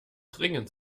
dringend